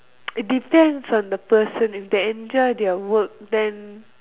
depends on the person if they enjoy their work then